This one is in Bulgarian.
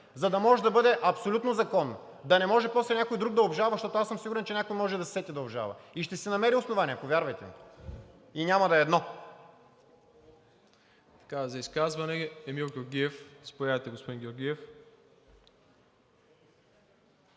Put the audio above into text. за да може да бъде абсолютно законно. Да не може после някой друг да обжалва, защото аз съм сигурен, че някой може да се сети да обжалва. И ще си намери основания, повярвайте ми. И няма да е едно.